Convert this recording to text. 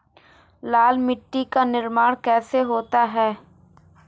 लाल मिट्टी का निर्माण कैसे होता है?